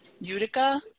Utica